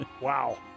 Wow